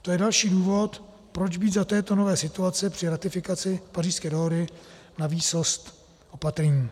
To je další důvod, proč být za této nové situace při ratifikaci Pařížské dohody na výsost opatrní.